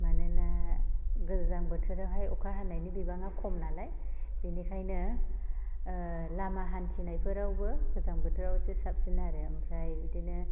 मानोना गोजां बोथोरावहाय अखा हानायनि बिबाङा खम नालाय बिनिखायनो लामा हान्थिनायफोरावबो गोजां बोथोराव एसे साबसिन आरो ओमफ्राय बिदिनो